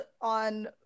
on